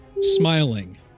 smiling